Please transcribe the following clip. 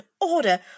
order